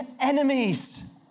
enemies